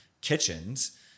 kitchens